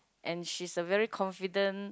and she is a very confident